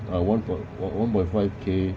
ah one point one~ one point five K